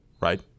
right